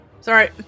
Sorry